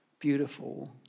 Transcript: beautiful